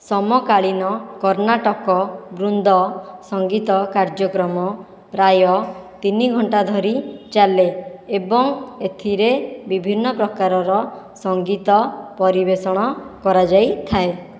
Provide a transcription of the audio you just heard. ସମକାଳୀନ କର୍ଣ୍ଣାଟକ ବୃନ୍ଦ ସଂଗୀତ କାର୍ଯ୍ୟକ୍ରମ ପ୍ରାୟ ତିନି ଘଣ୍ଟା ଧରି ଚାଲେ ଏବଂ ଏଥିରେ ବିଭିନ୍ନ ପ୍ରକାରର ସଙ୍ଗୀତ ପରିବେଷଣ କରାଯାଇଥାଏ